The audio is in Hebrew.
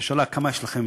היא שאלה: כמה תיקים יש לכם